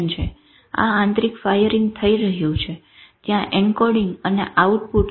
આ આંતરિક ફાયરીંગ થઇ રહ્યું છે ત્યાં એન્કોડિંગ અને આઉટપુટ છે